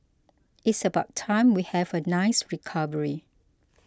it's about time we have a nice recovery